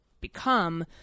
become